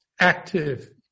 active